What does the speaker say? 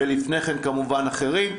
ולפני כן, כמובן, אחרים.